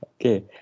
Okay